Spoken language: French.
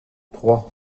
trois